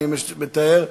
אני מתאר.